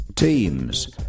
Teams